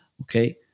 Okay